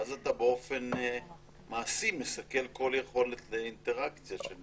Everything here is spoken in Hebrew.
ואז אתה באופן מעשי מסכל כל יכולת לאינטראקציה.